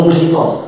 people